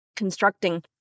constructing